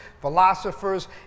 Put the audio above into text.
philosophers